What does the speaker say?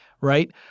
right